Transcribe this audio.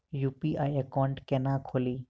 UPI account केना खोलि?